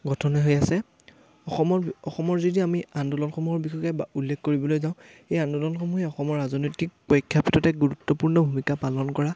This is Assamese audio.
গঠন হৈ আছে অসমৰ অসমৰ যদি আমি আন্দোলনসমূহৰ বিষয়ে বা উল্লেখ কৰিবলৈ যাওঁ এই আন্দোলনসমূহে অসমৰ ৰাজনৈতিক প্ৰেক্ষাপতত গুৰুত্বপূৰ্ণ ভূমিকা পালন কৰা